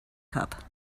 cup